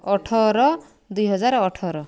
ଅଠର ଦୁଇହଜାର ଅଠର